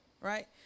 right